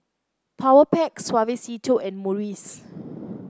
Powerpac Suavecito and Morries